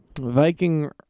Viking